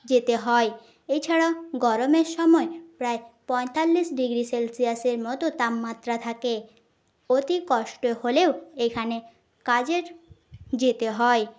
যেতে হয় এছাড়াও গরমের সময় প্রায় পঁয়তাল্লিশ ডিগ্রি সেলসিয়াসের মতো তাপমাত্রা থাকে অতি কষ্ট হলেও এখানে কাজের যেতে হয়